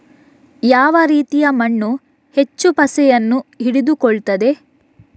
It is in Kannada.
ಯಾವ ರೀತಿಯ ಮಣ್ಣು ಹೆಚ್ಚು ಪಸೆಯನ್ನು ಹಿಡಿದುಕೊಳ್ತದೆ?